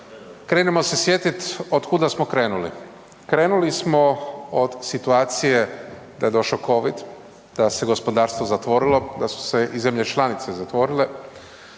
Krenimo se sjetit od kuda smo krenuli, krenuli smo od situacije da je došao covid, da se gospodarstvo zatvorilo, da su se i zemlje članice zatvorile,